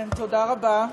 תודה רבה.